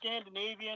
Scandinavian